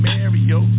Mario